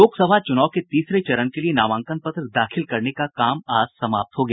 लोकसभा चुनाव के तीसरे चरण के लिए नामांकन पत्र दाखिल करने का काम आज समाप्त हो गया